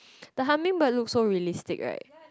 the hummingbird look so realistic right